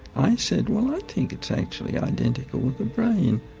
i said, well i think it's actually identical with the brain.